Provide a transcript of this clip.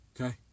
Okay